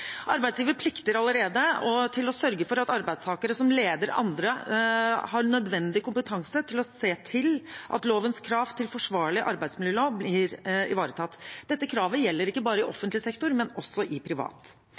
Arbeidsgiver plikter allerede å sørge for at arbeidstakere som leder andre, har nødvendig kompetanse til å se til at lovens krav til forsvarlig arbeidsmiljø blir ivaretatt. Dette kravet gjelder ikke bare i offentlig sektor, men også i privat